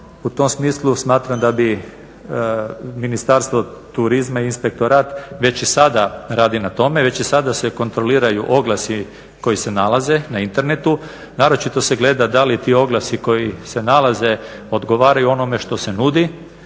U tom smislu smatram da bi Ministarstvo turizma i inspektorat već i sada radi na tome, već i sada se kontroliraju oglasi koji se nalaze na internetu. Naročito se gleda da li ti oglasi koji se nalaze odgovaraju onome što se nudi